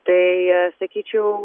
tai sakyčiau